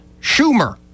Schumer